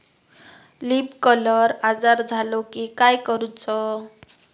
Leaf curl आजार झालो की काय करूच?